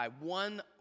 One